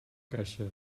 caixa